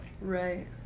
Right